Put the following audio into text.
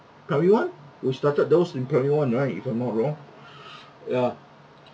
primary one we started those in primary one right if I'm not wrong ya